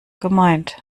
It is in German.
gemeint